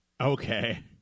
Okay